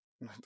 no